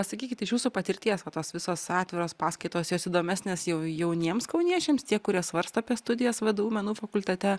o sakykit iš jūsų patirties va tos visos atviros paskaitos jos įdomesnės jau jauniems kauniečiams tie kurie svarsto apie studijas vdu menų fakultete